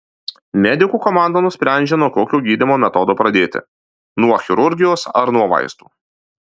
medikų komanda nusprendžia nuo kokio gydymo metodo pradėti nuo chirurgijos ar nuo vaistų